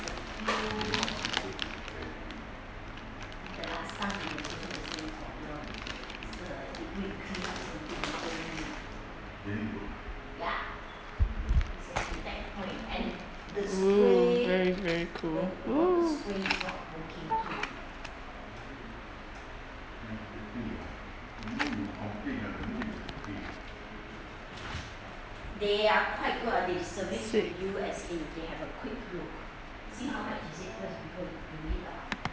oo very very cool oo sick